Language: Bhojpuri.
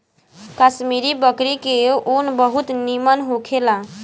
कश्मीरी बकरी के ऊन बहुत निमन होखेला